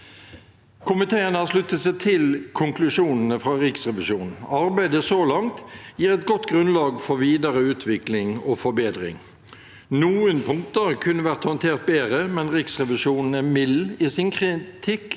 Komiteen har sluttet seg til konklusjonene fra Riksrevisjonen. Arbeidet så langt gir et godt grunnlag for videre utvikling og forbedring. Noen punkter kunne vært håndtert bedre, men Riksrevisjonen er mild i sin kritikk